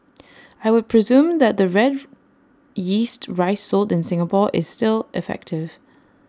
I would presume that the Red Yeast Rice sold in Singapore is still effective